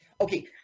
Okay